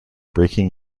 breaking